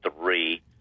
three